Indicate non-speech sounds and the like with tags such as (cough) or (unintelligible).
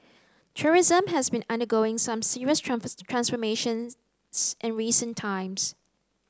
tourism has been undergoing some serious (unintelligible) transformation (unintelligible) in recent times